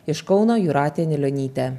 iš kauno jūratė anilionytė